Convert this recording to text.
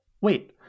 Wait